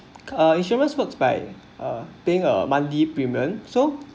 uh insurers works by or paying a monthly premium so